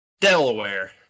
Delaware